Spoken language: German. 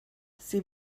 sie